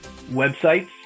websites